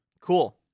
Cool